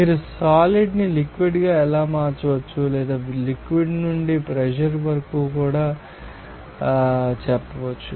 మీరు సాలిడ్ ని లిక్విడ్గా ఎలా మార్చవచ్చు లేదా లిక్విడ్నుండి ప్రెషర్ వరకు కూడా చెప్పవచ్చు